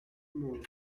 modo